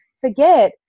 forget